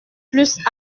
plus